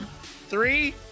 Three